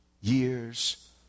years